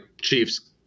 Chiefs